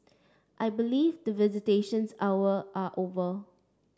I believe the visitations hour are over